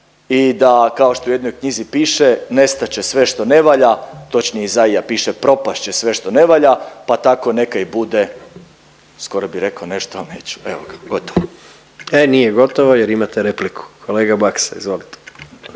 i da kao što u jednoj knjizi piše nestat će sve što ne valja, točnije Izaija piše propast će sve što ne valja, pa tako neka i bude, skoro bi rekao nešto, al neću, evo ga, gotovo. **Jandroković, Gordan (HDZ)** E nije gotovo jer imate repliku, kolega Baksa izvolite.